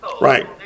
Right